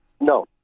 No